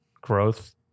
growth